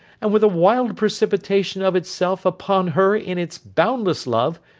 and with a wild precipitation of itself upon her in its boundless love,